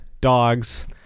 dogs